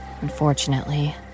Unfortunately